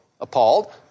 appalled